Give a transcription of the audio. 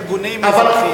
ארגונים אזרחיים.